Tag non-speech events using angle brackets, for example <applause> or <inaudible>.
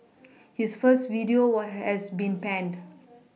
<noise> his first video <hesitation> has been panned